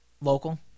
local